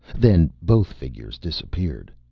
then both figures disappeared.